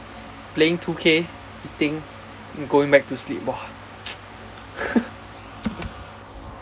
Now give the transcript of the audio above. playing two K eating then going back to sleep !wah!